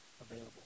available